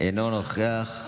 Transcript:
אינו נוכח,